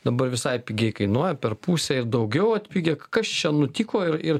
dabar visai pigiai kainuoja per pusę ir daugiau atpigę kas čia nutiko ir ir